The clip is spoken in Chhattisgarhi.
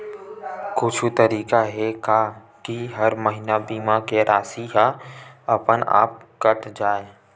कुछु तरीका हे का कि हर महीना बीमा के राशि हा अपन आप कत जाय?